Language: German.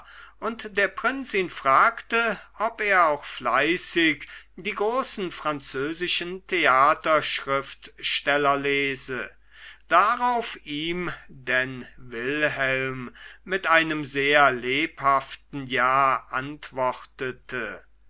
und der prinz ihn fragte ob er auch fleißig die großen französischen theaterschriftsteller lese darauf ihm denn wilhelm mit einem sehr lebhaften ja antwortete